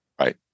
Right